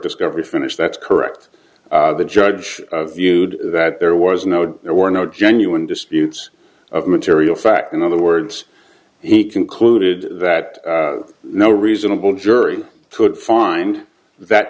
discovery finished that's correct the judge viewed that there was no there were no genuine disputes of material fact in other words he concluded that no reasonable jury could find that